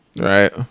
Right